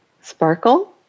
Sparkle